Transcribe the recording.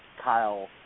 Kyle